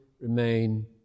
remain